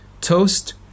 Toast